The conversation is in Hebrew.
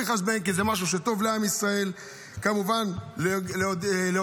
בלי לחשבן, כי זה משהו שטוב לעם ישראל.